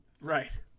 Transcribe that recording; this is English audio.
Right